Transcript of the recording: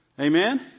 Amen